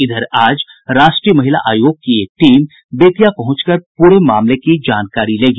इधर आज राष्ट्रीय महिला आयोग की एक टीम बेतिया पहुंचकर प्रे मामले की जानकारी लेगी